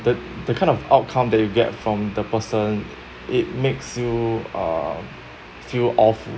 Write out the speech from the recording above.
the the kind of outcome that you get from the person it makes you uh feel awful